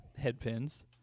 Headpins